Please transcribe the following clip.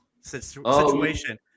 situation